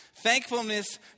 thankfulness